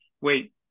wait